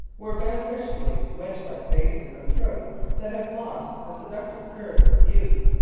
were beneficently wedge-like faces and throats that have lost the seductive curves of youth.